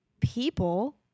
people